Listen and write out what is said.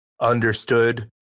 understood